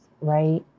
right